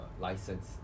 license